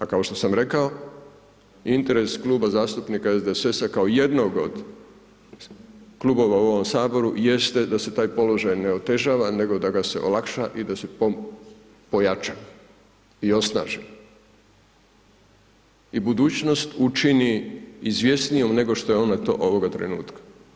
A kao što sam rekao i interes Kluba zastupnika SDSS-a kao jednog od klubova u ovom saboru jeste da se taj položaj ne otežava, nego da ga se olakša i da se pojača i osnaži i budućnost učini izvjesnijom nego što je ona to ovoga trenutka.